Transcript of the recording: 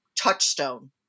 touchstone